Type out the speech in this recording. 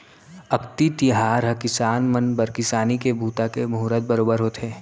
अक्ती तिहार ह किसान मन बर किसानी के बूता के मुहरत बरोबर होथे